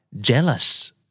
jealous